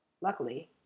luckily